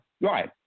right